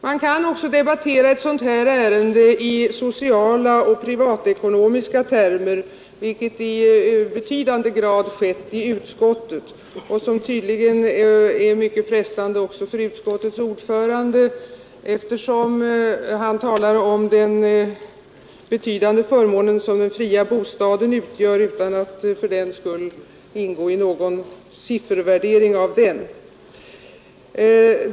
Man kan också debattera ett sådant här ärende i sociala och privatekonomiska termer, vilket i betydande grad skett i utskottet och tydligen också är mycket frestande för utskottets ordförande, eftersom han talar om den betydande förmån som den fria bostaden utgör, utan att fördenskull ingå i någon siffervärdering av den.